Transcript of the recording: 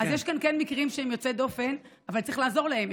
אז יש כאן מקרים יוצאי דופן, אבל צריך לעזור להם.